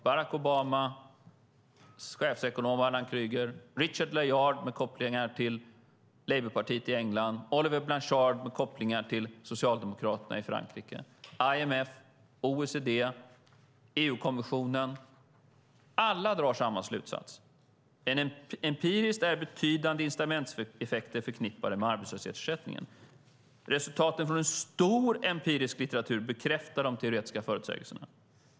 Barack Obamas chefsekonomi Alan Krueger, Richard Layard med kopplingar till Labourpartiet i England, Olivier Blanchard med kopplingar till Socialdemokraterna i Frankrike, IMF, OECD och EU-kommissionen drar alla samma slutsats, nämligen att empiriskt är betydande incitamentseffekter förknippade med arbetslöshetsersättningen. Resultaten från en stor empirisk litteratur bekräftar de teoretiska förutsägelserna.